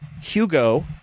Hugo